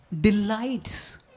delights